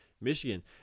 Michigan